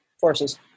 forces